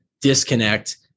disconnect